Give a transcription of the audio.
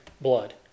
blood